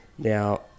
Now